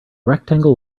rectangle